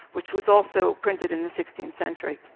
which was also printed in the sixteenth century,